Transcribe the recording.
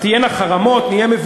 יהיו חרמות,